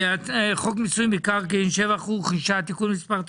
חוק מיסוי מקרקעין (שבח ורכישה), (תיקון מספר 99),